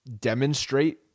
demonstrate